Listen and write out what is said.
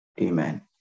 Amen